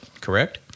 Correct